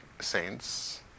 saints